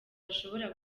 bashobora